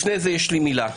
לפני זה יש לי מילה.